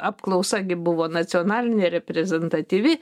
apklausa gi buvo nacionalinė reprezentatyvi